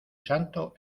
santo